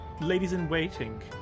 ladies-in-waiting